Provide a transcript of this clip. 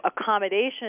accommodation